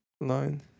line